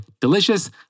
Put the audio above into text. delicious